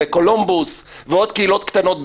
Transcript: בקולומבוס ועוד קהילות קטנות בינגסטאון,